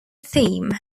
theme